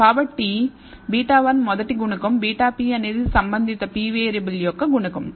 కాబట్టి β1 మొదటి గుణకం βp అనేది సంబంధిత p వేరియబుల్ యొక్క గుణకం